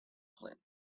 clinton